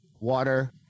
water